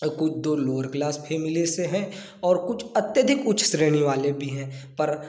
और कुछ दो लोअर क्लास फैमिली से हैं और कुछ अत्यधिक उच्च श्रेणी वाले भी हैं पर